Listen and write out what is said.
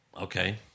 Okay